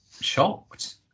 shocked